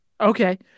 Okay